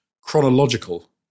chronological